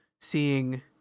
seeing